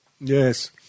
yes